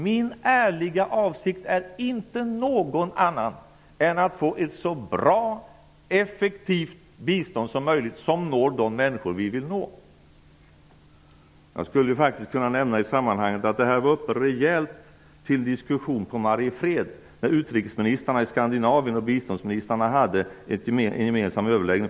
Min ärliga avsikt är inte någon annan än att få ett så bra och effektivt bistånd som möjligt, vilket når de människor som vi vill nå. Jag skulle i detta sammanhang kunna nämna att detta var uppe till en rejäl diskussion för något år sedan i Mariefred, när utrikes och finansministrarna i Skandinavien hade en gemensam överläggning.